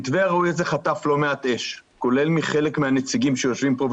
שחטף לא מעט אש כולל מחלק מהנציגים שיושבים פה,